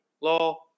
law